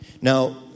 Now